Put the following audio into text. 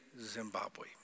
Zimbabwe